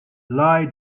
lie